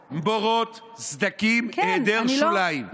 כן, בורות, סדקים, היעדר שוליים.